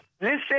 Listen